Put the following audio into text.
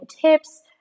tips